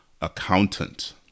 accountant